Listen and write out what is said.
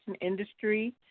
industry